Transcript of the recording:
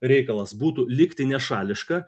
reikalas būtų likti nešališka